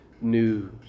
news